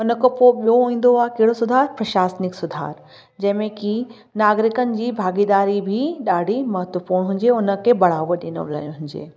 उन खां पोइ ॿियो ईंदो आहे कहिड़ो सुधार प्रशासनिक सुधार जंहिं में की नागरिकियुनि जी भागीदारी बि ॾाढी महत्वपूर्ण हुजे उन खे बढ़ावो ॾिनो वियो हुजे